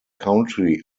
country